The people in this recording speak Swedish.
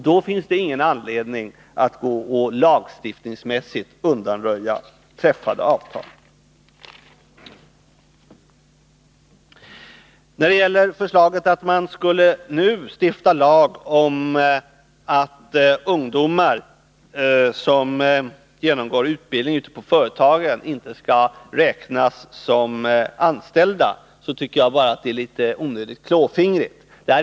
Då har man ingen anledning att lagstiftningsmässigt undanröja träffade avtal. När det gäller förslaget att man nu skulle stifta lag om att ungdomar som genomgår utbildning ute på företagen inte skall räknas som anställda, så tycker jag bara att det är litet onödigt klåfingrigt.